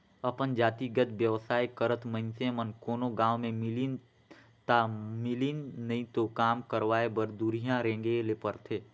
अपन जातिगत बेवसाय करत मइनसे मन कोनो गाँव में मिलिन ता मिलिन नई तो काम करवाय बर दुरिहां रेंगें ले परथे